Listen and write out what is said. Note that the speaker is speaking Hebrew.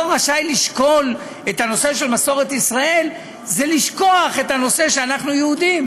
רשאי לשקול את הנושא של מסורת ישראל זה לשכוח את זה שאנחנו יהודים.